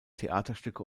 theaterstücke